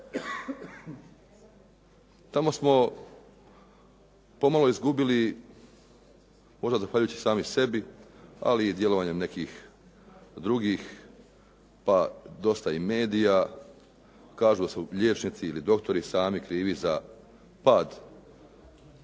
Tamo smo pomalo izgubili možda zahvaljujući sami sebi, ali i djelovanjem nekih drugih, pa dosta i medija, kažu da su liječnici ili doktori sami krivi za pad